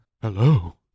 hello